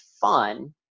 fun